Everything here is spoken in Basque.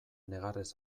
negarrez